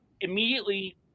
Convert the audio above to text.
immediately